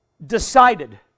decided